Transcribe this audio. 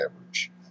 average